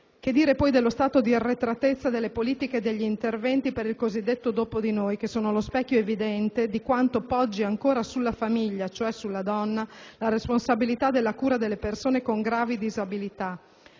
Che dire poi dello stato di arretratezza delle politiche e degli interventi per il cosiddetto «dopo di noi», specchio evidente di quanto poggi ancora sulla famiglia, cioè sulla donna, la responsabilità della cura delle persone con gravi disabilità,